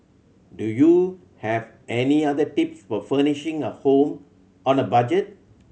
do you have any other tips for furnishing a home on a budget